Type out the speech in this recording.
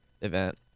event